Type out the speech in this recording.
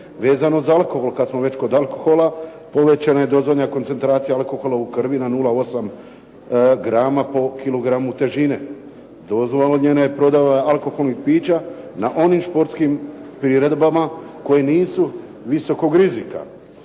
Vezano za alkohol kad smo već kod alkohola povećana je dozvoljena koncentracija alkohola u krvi na 0,8 grama po kilogramu težine. Dozvoljena je prodaja alkoholnih pića na onim športskim priredbama koje nisu visokog rizika.